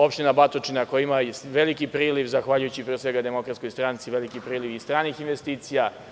Opština Batočna koja ima veliki priliv, zahvaljujući pre svega DS, veliki priliv stranih investicija.